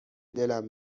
دلم